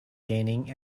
gaining